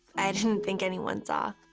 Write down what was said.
i didn't think anyone saw.